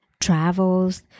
travels